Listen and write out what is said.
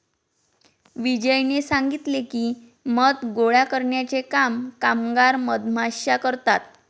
विजयने सांगितले की, मध गोळा करण्याचे काम कामगार मधमाश्या करतात